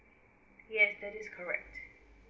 yes that is correct